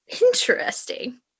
Interesting